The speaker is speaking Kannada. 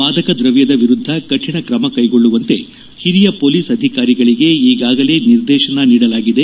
ಮಾದಕ ದ್ರವ್ಯದ ವಿರುದ್ದ ಕೌಣ ಕ್ರಮ ಕೈಗೊಳ್ಳುವಂತೆ ಹಿರಿಯ ಪೊಲೀಸ್ ಅಧಿಕಾರಿಗಳಿಗೆ ಈಗಾಗಾಲೇ ನಿರ್ದೇಶನ ನೀಡಲಾಗಿದೆ